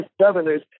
governors